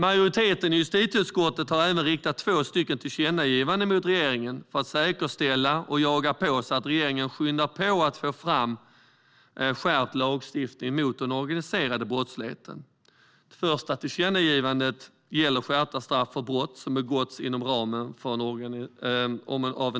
Majoriteten i justitieutskottet vill även rikta två tillkännagivanden till regeringen för att säkerställa och jaga på, så att regeringen skyndar på med att få fram en skärpt lagstiftning mot den organiserade brottsligheten. Det första tillkännagivandet gäller skärpta straff för brott som har begåtts inom ramen för